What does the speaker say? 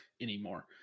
anymore